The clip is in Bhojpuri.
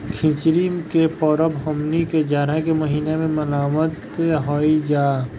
खिचड़ी के परब हमनी के जाड़ा के महिना में मनावत हई जा